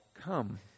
come